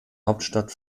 hauptstadt